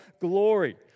glory